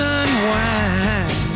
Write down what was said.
unwind